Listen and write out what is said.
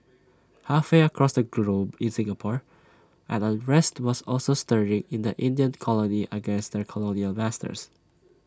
halfway across the globe in Singapore an unrest was also stirring in the Indian colony against their colonial masters